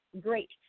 great